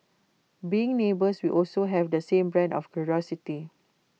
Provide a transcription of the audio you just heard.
being neighbours we also have the same brand of curiosity